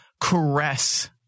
caress